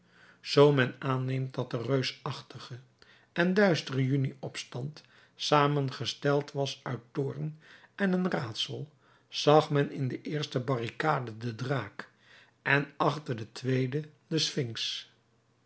zoo men aanneemt dat de reusachtige en duistere juni opstand samengesteld was uit toorn en een raadsel zag men in de eerste barricade den draak en achter de tweede